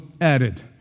added